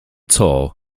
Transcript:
tour